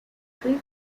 three